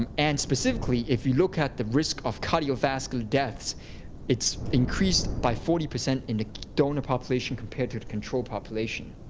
um and specifically, if you look at the risk of cardiovascular deaths it's increased by forty percent in the donor population compared to the control population.